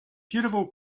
beautiful